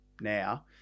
now